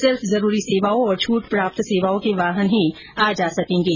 सिर्फ जरूरी सेवाओं और छूटप्राप्त सेवाओं के वाहन ही आ जा सकेंगे